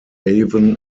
avon